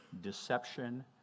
deception